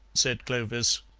said clovis.